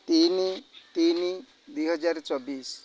ତିନି ତିନି ଦୁଇ ହଜାର ଚବିଶ